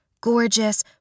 gorgeous